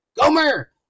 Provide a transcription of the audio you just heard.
Gomer